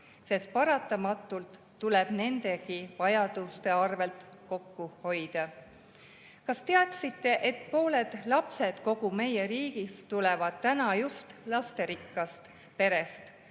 sest paratamatult tuleb nendegi vajaduste arvelt kokku hoida. Kas teadsite, et pooled lapsed kogu meie riigis tulevad täna just lasterikkast perest,